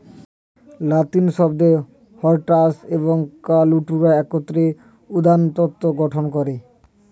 লাতিন শব্দ হরটাস এবং কাল্টুরা একত্রে উদ্যানতত্ত্ব গঠন করে